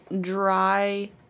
dry